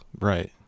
Right